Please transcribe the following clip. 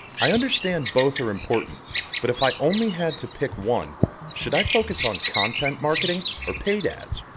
i understand both are important but if i only had to pick one should i focus on content marketing or paid ads?